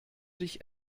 dich